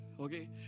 okay